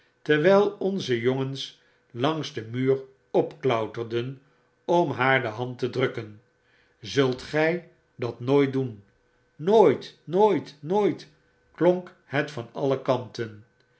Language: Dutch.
terwjjl onze jongens langs den muur opklauterden om haar de hand te drukken zult gij dat nooit doen nooit nooit nooit klonk het van alle kanten